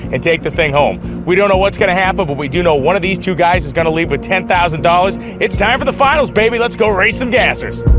and take the thing home. we don't know what's going to happen but we do know one of these two guys is going to leave with ten thousand dollars, it's time for the finals, baby let's go race some gassers.